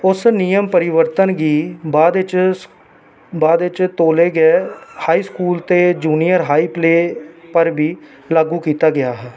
उस नियम परिवर्तन गी बाद च स बाद इच तौले गै हाई स्कूल ते जूनियर हाई प्ले पर बी लागू कीता गेआ हा